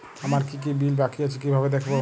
আমার কি কি বিল বাকী আছে কিভাবে দেখবো?